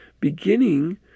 beginning